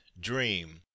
dream